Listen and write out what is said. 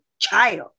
child